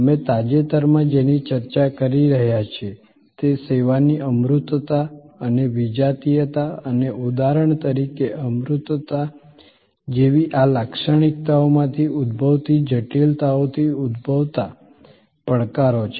અમે તાજેતરમાં જેની ચર્ચા કરી રહ્યા છીએ તે સેવાની અમૂર્તતા અને વિજાતીયતા અને ઉદાહરણ તરીકે અમૂર્તતા જેવી આ લાક્ષણિકતાઓમાંથી ઉદ્દભવતી જટિલતાઓથી ઉદ્ભવતા પડકારો છે